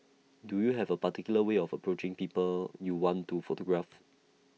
do you have A particular way of approaching people you want to photograph